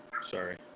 Sorry